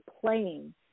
playing